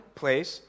place